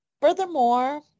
furthermore